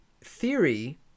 theory